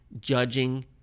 judging